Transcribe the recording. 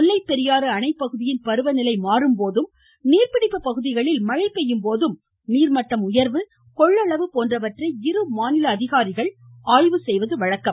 முல்லைப்பெரியாறு அணைப்பகுதியின் பருவ நிலை மாறும்போதும் நீர் பிடிப்பு பகுதிகளில் மழை பெய்யும்போதும் நீர்மட்டம் உயர்வு கொள்ளளவு போன்றவற்றை இருமாநில அதிகாரிகள் ஆய்வு செய்வது வழக்கம்